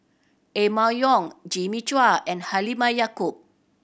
Emma Yong Jimmy Chua and Halimah Yacob